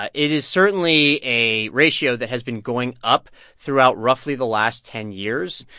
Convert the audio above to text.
ah it is certainly a ratio that has been going up throughout roughly the last ten years.